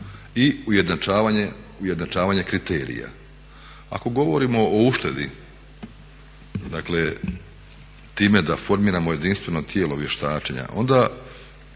i ujednačavanje kriterija. Ako govorimo o uštedi, dakle time da formiramo jedinstveno tijelo vještačenja onda